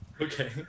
Okay